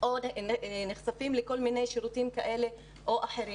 או נחשפים לכל מיני שירותים כאלה או אחרים